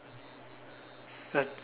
cause